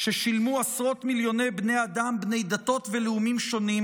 ששילמו עשרות מיליוני בני אדם בני דתות ולאומים שונים